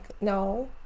no